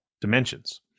dimensions